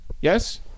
Yes